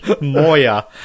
Moya